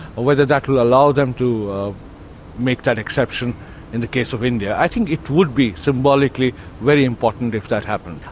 or whether that will allow them to make that exception in the case of india. i think it would be symbolically very important if that happened.